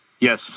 yes